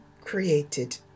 created